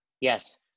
yes